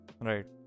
Right